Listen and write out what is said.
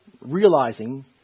realizing